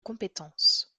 compétence